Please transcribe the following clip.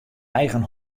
eigen